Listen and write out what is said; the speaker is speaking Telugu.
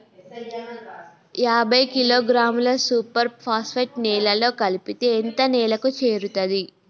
యాభై కిలోగ్రాముల సూపర్ ఫాస్ఫేట్ నేలలో కలిపితే ఎంత నేలకు చేరుతది?